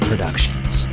Productions